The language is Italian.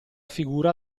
figura